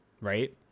Right